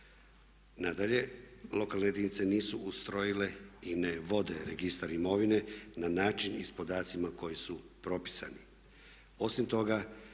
Nadalje, lokalne jedinice nisu ustrojile i ne vode registar imovine na način i s podacima koji su propisani.